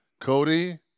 Cody